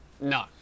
No